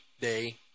day